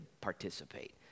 participate